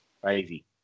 Crazy